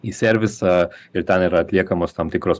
į servisą ir ten yra atliekamos tam tikros